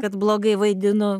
kad blogai vaidinu